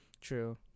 True